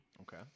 Okay